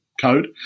code